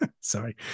sorry